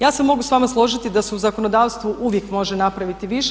Ja se mogu s vama složiti da su u zakonodavstvu uvijek može napraviti više.